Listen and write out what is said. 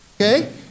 okay